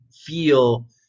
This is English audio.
feel